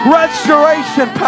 restoration